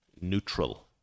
neutral